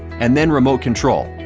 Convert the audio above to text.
and then remote control,